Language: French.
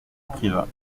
privas